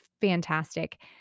fantastic